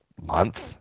month